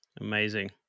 amazing